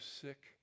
sick